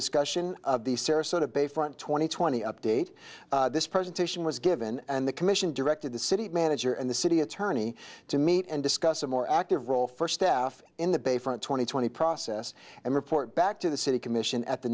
discussion of the sarasota bayfront twenty twenty update this presentation was given and the commission directed the city manager and the city attorney to meet and discuss a more active role for staff in the bay front twenty twenty process and report back to the city commission at the